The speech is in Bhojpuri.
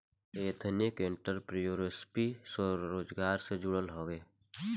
एथनिक एंटरप्रेन्योरशिप स्वरोजगार से जुड़ल हवे